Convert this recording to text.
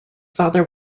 father